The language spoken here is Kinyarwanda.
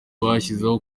bashyizeho